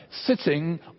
sitting